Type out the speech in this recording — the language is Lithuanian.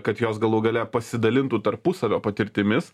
kad jos galų gale pasidalintų tarpusavio patirtimis